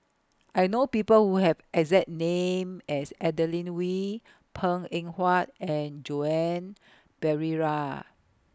I know People Who Have exact name as Adeline Wii Png Eng Huat and Joan Pereira